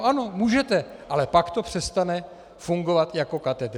Ano, můžete, ale pak to přestane fungovat jako katedra.